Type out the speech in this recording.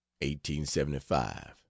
1875